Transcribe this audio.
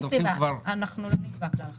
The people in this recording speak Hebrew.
אנחנו לא נקבע כלל חדש.